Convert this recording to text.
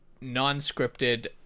non-scripted